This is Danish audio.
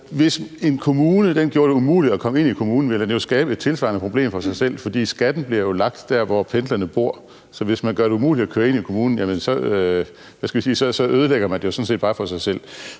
Hvis en kommune gjorde det umuligt at komme ind i kommunen, ville den jo skabe et tilsvarende problem for sig selv, for skatten bliver lagt der, hvor pendlerne bor. Så hvis man gør det umuligt at køre ind i kommunen, så ødelægger man det jo sådan set bare for sig selv.